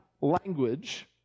language